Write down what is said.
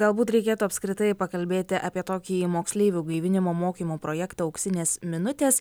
galbūt reikėtų apskritai pakalbėti apie tokį moksleivių gaivinimo mokymo projektą auksinės minutės